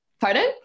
Pardon